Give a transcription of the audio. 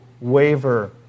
waver